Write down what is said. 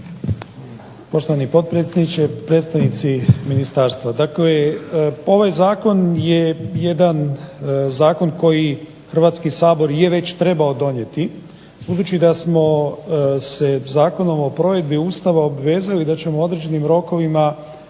Poštovani potpredsjedniče, predstavnici ministarstva. Dakle ovaj zakon je jedan zakon koji Hrvatski sabor je već trebao donijeti, budući da smo se Zakonom o provedbi Ustava obvezali da ćemo u određenim rokovima